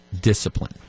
discipline